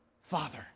father